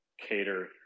cater